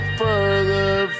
further